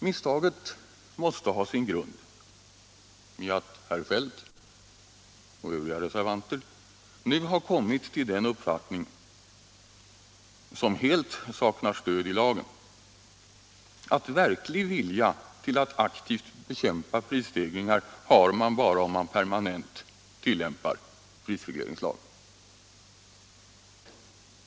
Misstaget måste ha sin grund i att herr Feldt och övriga reservanter nu har kommit till en uppfattning, som helt saknar stöd i lagen, nämligen att verklig vilja att aktivt bekämpa prisstegringar har man bara om man permanent tillämpar prisregleringslagen.